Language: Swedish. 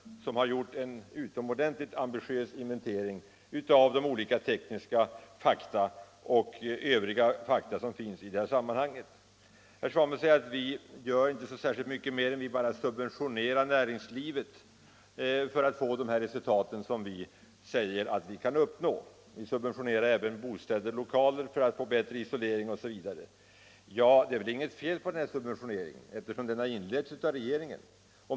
Den har gjort en utomordentligt ambitiös inventering av de tekniska och övriga fakta som finns i detta sammanhang. Herr Svanberg säger vidare att centerpartiet bara satsar på att subventionera näringslivet för att uppnå de resultat som vi hävdar att man kan uppnå. Till det vill jag säga att vi subventionerar ju även bostäder och lokaler för att få bättre isolering m.m. Det är väl inget fel på den subventioneringen, eftersom den har inletts av regeringen.